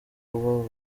kuba